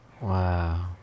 Wow